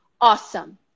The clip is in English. awesome